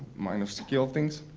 minor scale things.